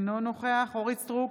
אינו נוכח אורית מלכה סטרוק,